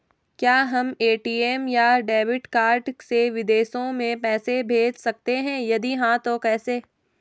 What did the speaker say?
क्या हम ए.टी.एम या डेबिट कार्ड से विदेशों में पैसे भेज सकते हैं यदि हाँ तो कैसे?